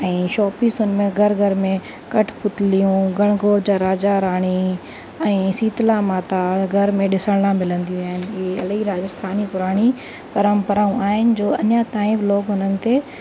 ऐं शोपीसुनि में घर घर में कठपुतलियूं गणगोर जा राजा राणी ऐं शीतला माता हर घर में ॾिसण लाइ मिलंदियूं आहिनि ही अलाई राजस्थानी पुराणी परंपराऊं आहिनि जो अञा ताईं बि लोग हुननि ते